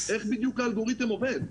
איך בדיוק האלגוריתם עובד,